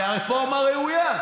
והרפורמה ראויה,